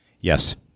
yes